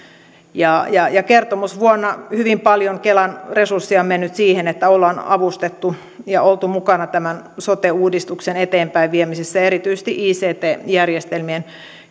kertomusvuonna hyvin paljon kelan resursseja on mennyt siihen että ollaan avustettu ja oltu mukana sote uudistuksen eteenpäinviemisessä ja erityisesti ict järjestelmien